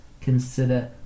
consider